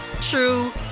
true